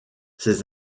ses